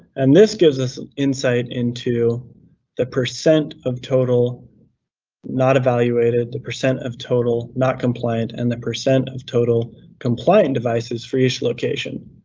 and this gives us insight into the percent of total not evaluated, the percent of total not compliant and the percent of total compliant devices for each location.